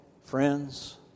friends